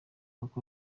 uko